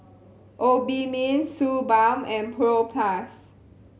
Obimin Suu Balm and Propass